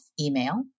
email